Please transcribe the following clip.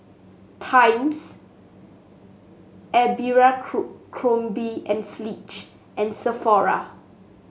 Times Abercrombie And Fitch and Sephora